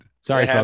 Sorry